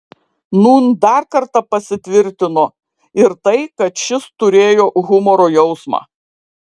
nūn dar kartą pasitvirtino ir tai kad šis turėjo humoro jausmą